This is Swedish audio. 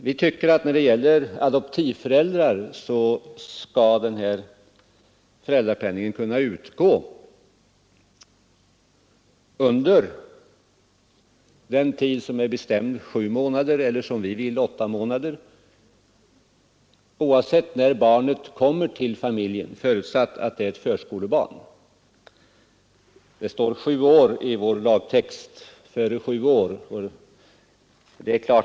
Vi menar att föräldrapenningen borde kunna utgå under sju eller helst, som vi förespråkar, åtta månader oavsett när barnet kommer till familjen, dock förutsatt att det är ett förskolebarn. Vi har i vårt förslag till lagtext angivit gränsen sju år.